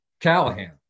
Callahan